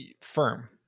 firm